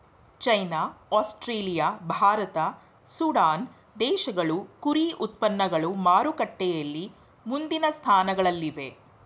China Australia Bharat Sudan ದೇಶಗಳು ಕುರಿ ಉತ್ಪನ್ನಗಳು ಮಾರುಕಟ್ಟೆಯಲ್ಲಿ ಮುಂದಿನ ಸ್ಥಾನಗಳಲ್ಲಿವೆ